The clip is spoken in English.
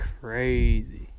crazy